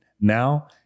Now